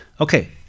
okay